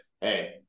hey